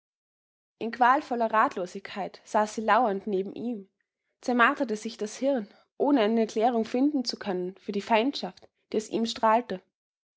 in qualvoller ratlosigkeit saß sie lauernd neben ihm zermarterte sich das hirn ohne eine erklärung finden zu können für die feindschaft die aus ihm strahlte